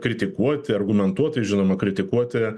kritikuoti argumentuotai žinoma kritikuoti